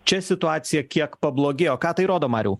čia situacija kiek pablogėjo ką tai rodo mariau